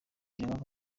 ingaruka